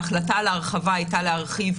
ההחלטה על ההרחבה הייתה להרחיב,